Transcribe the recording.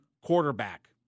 quarterback